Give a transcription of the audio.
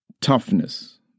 toughness